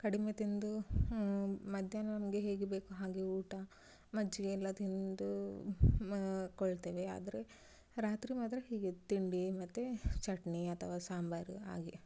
ಕಡಿಮೆ ತಿಂದು ಮಧ್ಯಾಹ್ನ ನಮಗೆ ಹೇಗೆ ಬೇಕೋ ಹಾಗೆ ಊಟ ಮಜ್ಜಿಗೆ ಎಲ್ಲ ತಿಂದು ಮಲ್ಕೊಳ್ತೇವೆ ಆದರೆ ರಾತ್ರಿ ಮಾತ್ರ ಹೀಗೆ ತಿಂಡಿ ಮತ್ತು ಚಟ್ನಿ ಅಥವಾ ಸಾಂಬಾರು ಹಾಗೆ